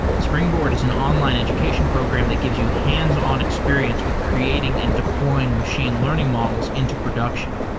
springboard is an online education program that gives you hands-on experience with creating and deploying machine learning models into production,